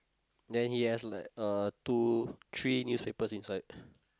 then he has like uh two three newspapers inside